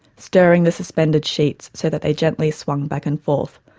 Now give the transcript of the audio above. stirring the suspended sheets so that they gently swung back and forth,